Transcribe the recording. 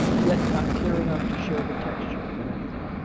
yet not clear enough to show the texture of anything.